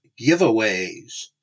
giveaways